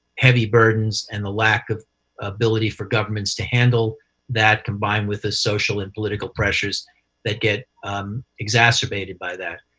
heavy burdens and the lack of ability for governments to handle that, combined with the social and political pressures that get exacerbated by that.